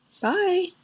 bye